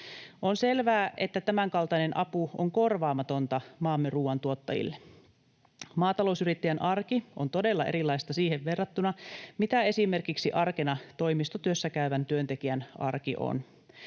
On selvää, että tämänkaltainen apu on korvaamatonta maamme ruoantuottajille. Maatalousyrittäjän arki on todella erilaista siihen verrattuna, mitä esimerkiksi arkena toimistotyössä käyvän työntekijän arki on.